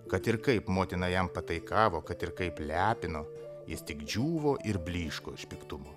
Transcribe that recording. kad ir kaip motina jam pataikavo kad ir kaip lepino jis tik džiūvo ir blyško iš piktumo